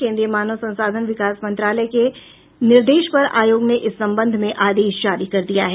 केंद्रीय मानव संसाधन विकास मंत्रालय के निर्देश पर आयोग ने इस संबंध में आदेश जारी कर दिया है